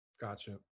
Gotcha